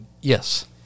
Yes